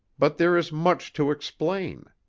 but there is much to explain.